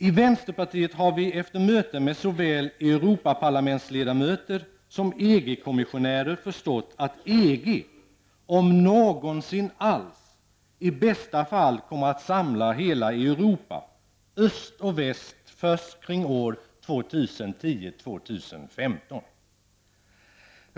I vänsterpartiet har vi efter möten med såväl Europaparlamentsledamöter som EG-kommissionärer förstått att EG, om någonsin alls, i bästa fall kommer att samla hela Europa -- öst och väst -- först kring år 2010--2015.